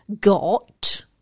got